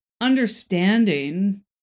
understanding